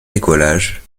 décollage